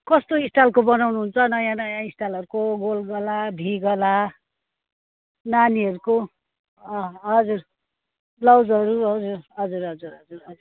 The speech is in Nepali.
कस्तो स्टाइलको बनाउनु हुन्छ नयाँ नयाँ स्टाइलहरूको गोल गला भी गला नानीहरूको हजुर ब्लाउसहरू हजुर हजुर हजुर हजुर